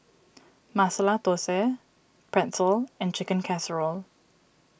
Masala Dosa Pretzel and Chicken Casserole